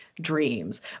dreams